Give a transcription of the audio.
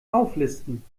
auflisten